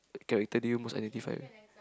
character do you most identified with